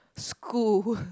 school